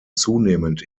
zunehmend